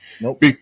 Nope